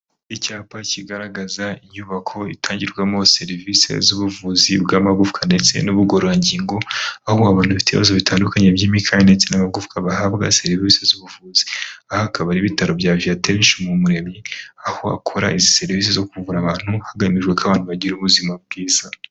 Icyapa kigaragaza inyubako itangirwamo serivisi z'ubuvuzi bw'amagufwa ndetse n'ubugororangingo, aho abantu bafite ibibazo bitandukanye by'imikaya ndetse n'amagufwa bahabwa serivisi z'ubuvuzi. Aha akaba ari ibitaro bya Viatesh mu Muremyi aho akora izi serivisi zo kuvura abantu hagamijwe ko abantu bagira ubuzima bwiza.